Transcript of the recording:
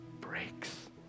breaks